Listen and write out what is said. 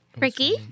Ricky